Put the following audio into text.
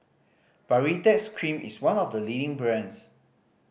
Baritex Cream is one of the leading brands